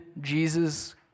Jesus